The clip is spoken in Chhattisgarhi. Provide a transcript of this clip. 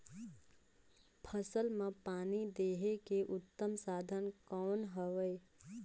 फसल मां पानी देहे के उत्तम साधन कौन हवे?